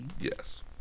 Yes